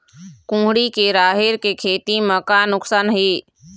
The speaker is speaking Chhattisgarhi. कुहड़ी के राहेर के खेती म का नुकसान हे?